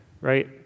right